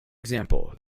example